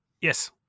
Yes